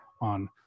on